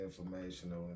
informational